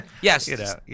Yes